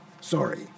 sorry